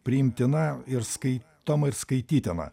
priimtina ir skaitoma ir skaitytina